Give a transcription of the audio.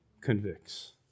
convicts